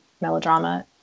melodrama